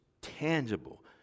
tangible